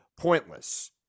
pointless